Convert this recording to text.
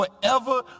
forever